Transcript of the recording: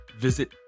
Visit